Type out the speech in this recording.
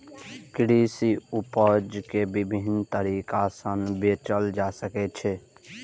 कृषि उपज कें विभिन्न तरीका सं बेचल जा सकै छै